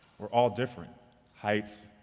we're all different heights,